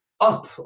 up